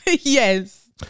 Yes